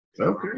Okay